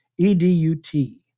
E-D-U-T